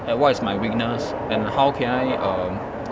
and what is my weakness and how can I um